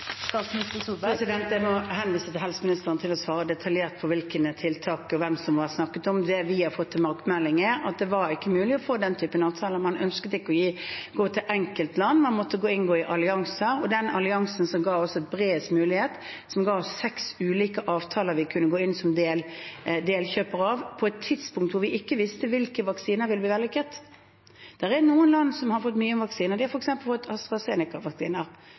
Jeg må henvise til helseministeren for å svare detaljert om hvilke tiltak og hvem som var snakket om. Det vi har fått tilbakemeldinger om, er at det ikke var mulig å få den type avtaler. Man ønsket ikke å gå til enkeltland, man måtte inngå i allianser. Den alliansen som ga oss bredest mulighet, ga oss seks ulike avtaler vi kunne gå inn i som delkjøpere, på et tidspunkt hvor vi ikke visste hvilke vaksiner som ville bli vellykket. Noen land har fått mye vaksiner, de har f.eks. fått AstraZeneca-vaksiner, de har kjøpt mange av dem og inngått avtaler. Det